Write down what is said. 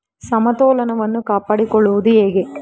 ಸಮತೋಲನವನ್ನು ಕಾಪಾಡಿಕೊಳ್ಳುವುದು ಹೇಗೆ?